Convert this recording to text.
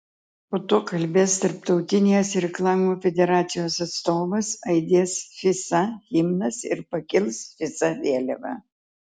po to kalbės tarptautinės irklavimo federacijos atstovas aidės fisa himnas ir pakils fisa vėliava